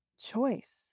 choice